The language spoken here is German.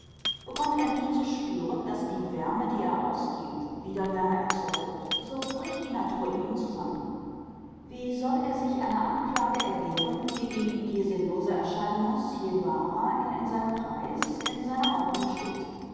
bekommt er nicht zu spüren daß die wärme die er ausgibt wieder wärme erzeugt so bricht die natur in ihm zusammen wie soll er sich einer anklage erwehren die ihm je sinnloser erscheinen muß je wahrer er in seinem kreis in seiner ordnung steht